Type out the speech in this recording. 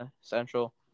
Central